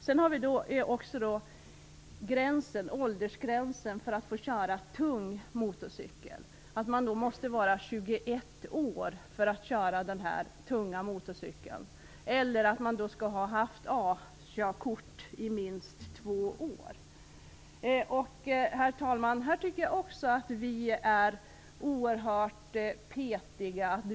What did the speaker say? Sedan gäller det åldersgränsen för tung motorcykel. Man måste vara 21 år för att få köra tung motorcykel eller också måste man ha haft A-körkort i minst två år. Här tycker jag också att vi är oerhört petiga.